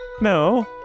No